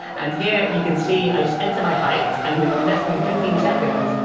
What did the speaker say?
and here you can see, i just enter my height. and in less than fifteen seconds,